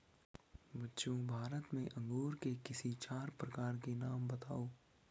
बच्चों भारत में अंगूर के किसी चार प्रकार के नाम बताओ?